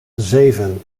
zeven